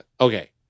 okay